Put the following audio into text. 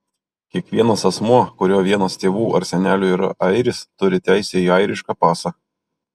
kiekvienas asmuo kurio vienas tėvų ar senelių yra airis turi teisę į airišką pasą